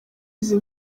izi